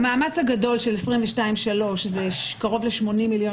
המאמץ הגדול של 22'-23' זה קרוב ל-80 מיליון